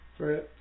Right